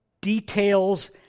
details